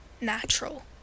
natural